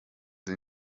sie